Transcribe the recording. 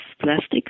plastics